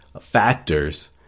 factors